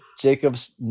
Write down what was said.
Jacob's